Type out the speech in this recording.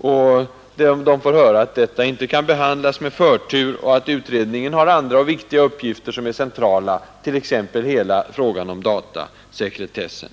Så får de höra att frågan om barnmisshandeln där inte kan behandlas med förtur, eftersom utredningen har andra och viktiga upgifter som är mer centrala, t.ex. hela frågan om datasekretessen.